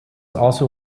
also